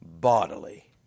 bodily